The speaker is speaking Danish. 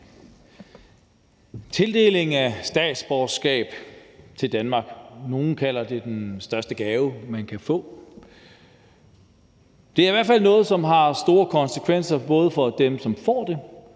tildeling af dansk statsborgerskab. Nogle kalder det den største gave, man kan få. Det er i hvert fald noget, som har store konsekvenser, både for dem, som får det,